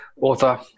author